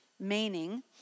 meaning